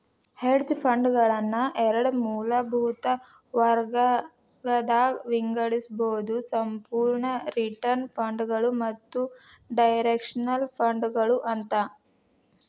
hedge ಫಂಡ್ಗಳನ್ನ ಎರಡ್ ಮೂಲಭೂತ ವರ್ಗಗದಾಗ್ ವಿಂಗಡಿಸ್ಬೊದು ಸಂಪೂರ್ಣ ರಿಟರ್ನ್ ಫಂಡ್ಗಳು ಮತ್ತ ಡೈರೆಕ್ಷನಲ್ ಫಂಡ್ಗಳು ಅಂತ